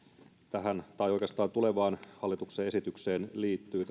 tähän tai oikeastaan tulevaan hallituksen esitykseen liittyy